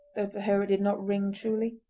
though to her it did not ring truly,